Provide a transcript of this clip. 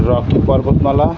Rocky পর্বতমালা